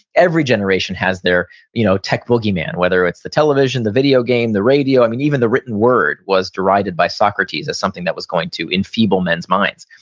every generation has their you know tech boogeyman whether it's the television, the video games, the radio, i mean even the written word was derided by socrates as something that was going to enfeeble men's minds.